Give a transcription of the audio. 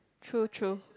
true true